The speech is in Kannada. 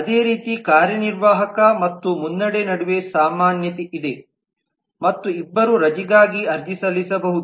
ಅದೇ ರೀತಿ ಕಾರ್ಯನಿರ್ವಾಹಕ ಮತ್ತು ಮುನ್ನಡೆ ನಡುವೆ ಸಾಮಾನ್ಯತೆ ಇದೆ ಮತ್ತು ಇಬ್ಬರೂ ರಜೆಗಾಗಿ ಅರ್ಜಿ ಸಲ್ಲಿಸಬಹುದು